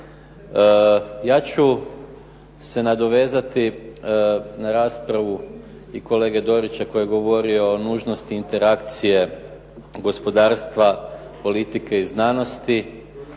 Ja ću se nadovezati na raspravu i kolege Dorića koji je govorio o nužnosti interakcije gospodarstva, politike i znanosti.